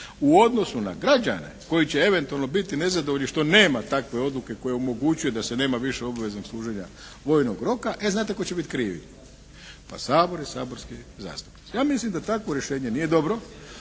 u odnosu na građane koji će eventualno biti nezadovoljni što nema takve odluke koja omogućuje da se nema više obveznog služenja vojnog roka, e znate tko će biti kriv. Pa Sabor i saborski zastupnici. Ja mislim da takvo rješenje nije dobro,